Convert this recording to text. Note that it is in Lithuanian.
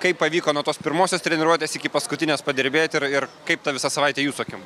kaip pavyko nuo tos pirmosios treniruotės iki paskutines padirbėjot ir ir kaip ta visa savaitė jūsų akim